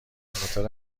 خاطر